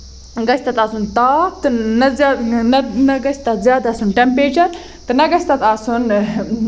گژھِ تَتھ آسُن تاپھ تہٕ نہ زیادٕ نہٕ گژھِ تَتھ آسُن زیادٕ تیمپیچر نہ گژھِ تَتھ آسُن